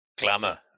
Glamour